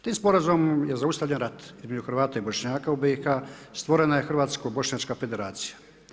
Tim sporazumom je zaustavljen rat između Hrvata i Bošnjaka u BiH, stvorena je hrvatsko-bošnjačka federacija.